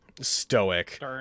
stoic